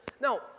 Now